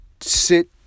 sit